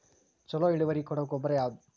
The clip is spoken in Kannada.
ಛಲೋ ಇಳುವರಿ ಕೊಡೊ ಗೊಬ್ಬರ ಯಾವ್ದ್?